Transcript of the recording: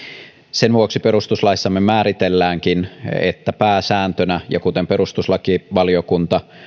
sen vuoksi perustuslaissamme määritelläänkin että pääsääntönä kuten perustuslakivaliokunta